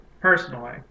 personally